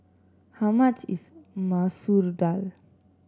how much is Masoor Dal